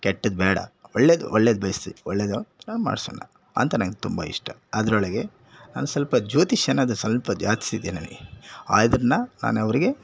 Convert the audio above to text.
ಕೆಟ್ಟದು ಬೇಡ ಒಳ್ಳೇದು ಒಳ್ಳೇದು ಬಯಸ್ತೀವಿ ಒಳ್ಳೆದನ್ನ ಮಾಡಿಸೋಣ ಅಂತ ನನ್ಗೆ ತುಂಬ ಇಷ್ಟ ಅದರೊಳಗೆ ನಾನು ಸ್ವಲ್ಪ ಜೋತಿಷ್ಯ ಅನ್ನೋದು ಸ್ವಲ್ಪ ಜಾಸ್ತಿ ಇದೆ ನನಗೆ ಅದನ್ನ ನಾನು ಅವ್ರಿಗೆ